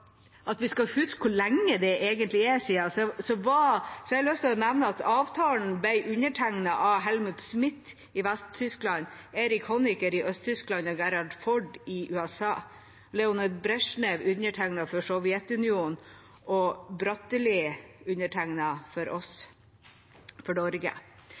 at vi skal huske hvor lenge det er siden, har jeg lyst til å nevne at avtalen ble undertegnet av Helmut Schmidt i Vest-Tyskland, Erich Honecker i Øst-Tyskland og Gerald Ford i USA. Leonid Bresjnev undertegnet for Sovjetunionen, og Trygve Bratteli undertegnet for oss, for Norge.